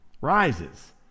rises